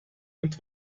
und